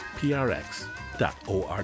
prx.org